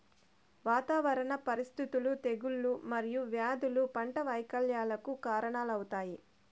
వాతావరణ పరిస్థితులు, తెగుళ్ళు మరియు వ్యాధులు పంట వైపల్యంకు కారణాలవుతాయి